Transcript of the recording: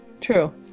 True